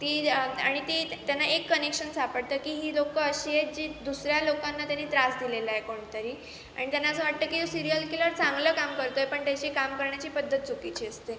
ती आणि ती त्यांना एक कनेक्शन सापडतं की ही लोकं अशी आहेत की दुसऱ्या लोकांना त्यांनी त्रास दिलेला आहे कोणीतरी आणि त्यांना असं वाटतं की सिरियल किलर चांगलं काम करतो आहे पण त्याची काम करण्याची पद्धत चुकीची असते